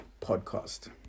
Podcast